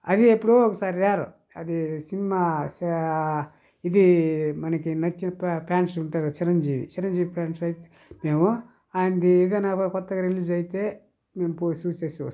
అది ఎప్పుడో ఒకసారి రేర్ అది సినిమా ఇది మనకు నచ్చిన ప్యాన్స్ ఉంటారుగా చిరంజీవి చిరంజీవి ప్యాన్స్ అయితే మేము ఆయనది ఏదైనా కొత్తగా రిలీజ్ అయితే మేము పోయి చూసేసి వస్తాము